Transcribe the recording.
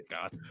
God